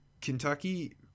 Kentucky